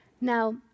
Now